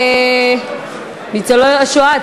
ניצולי השואה,